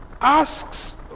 asks